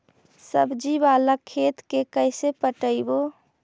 सब्जी बाला खेत के कैसे पटइबै?